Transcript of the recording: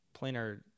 planar